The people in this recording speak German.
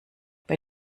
bei